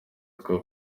hitwa